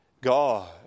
God